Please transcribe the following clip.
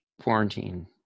quarantine